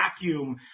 vacuum